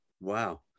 Wow